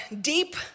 deep